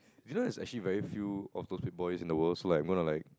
you know it's actually very few auto fit boys in the world so like I wanna like